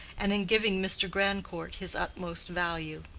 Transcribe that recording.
and in giving mr. grandcourt his utmost value.